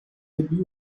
élus